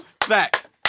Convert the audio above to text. Facts